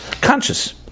Conscious